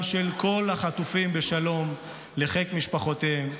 של כל החטופים בשלום לחיק משפחותיהם,